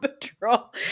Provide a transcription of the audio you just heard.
Patrol